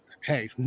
hey